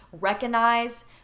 recognize